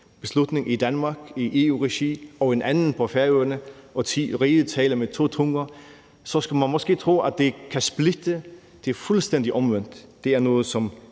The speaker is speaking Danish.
beslutning i Danmark i EU-regi og en anden på Færøerne, så riget taler med to tunger – så skulle man måske tro, at det kan splitte. Det er fuldstændig omvendt – det er noget, som